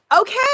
Okay